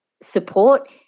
support